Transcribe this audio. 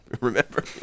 remember